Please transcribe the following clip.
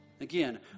Again